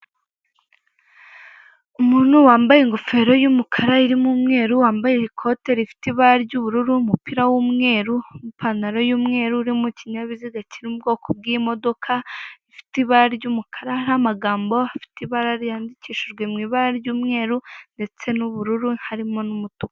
Umuntu wambaye ingofero y'umukara irimo umweru, wambaye ikote rifite ibara ry'ubururu, umupira w'umweru, n'ipantaro y'umweru, uri mu kinyabiziga kiri mu bwoko bw'imodoka, ifite ibara ry'umukara hariho amagambo afite ibara ryandikishijwe mu ibara ry'umweru ndetse n'ubururu, harimo n'umutuku.